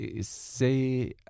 say